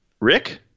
Rick